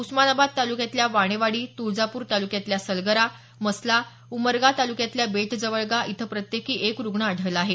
उस्मानाबाद तालुक्यातल्या वाणेवाडी तुळजापूर तालुक्यातल्या सलगरा मसला उमरगा ताल्क्यातल्या बेटजवळगा इथं प्रत्येकी एक रुग्ण आढळला आहे